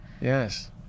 Yes